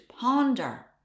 ponder